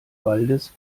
waldes